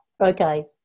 okay